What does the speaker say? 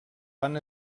van